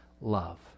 love